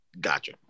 Gotcha